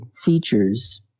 features